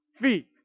feet